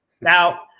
now